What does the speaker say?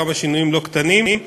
כמה שינויים לא קטנים,